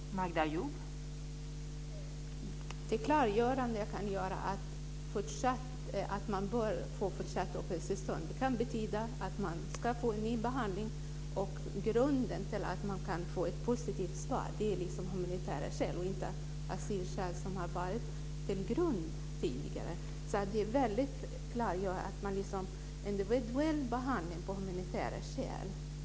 Fru talman! Det klargörande jag kan göra är att ett fortsatt uppehållstillstånd kan betyda att man får en ny behandling och det kan vara grunden till att man får ett positivt svar. Det är liksom humanitära skäl och inte asylskäl som har legat till grund tidigare. Det är väldigt klart att det är fråga om individuell behandling av humanitära skäl.